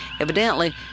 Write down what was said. Evidently